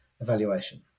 evaluation